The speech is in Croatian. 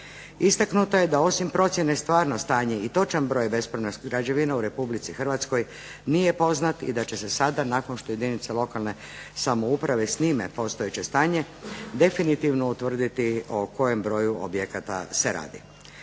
Istaknuto je da osim procjene stvarno stanje i točan broj bespravnost građevine u Republici Hrvatskoj nije poznat i da će se sada nakon što jedinice lokalne samouprave snime postojeće stanje definitivno utvrditi o kojem broju objekata se radi.